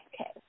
Okay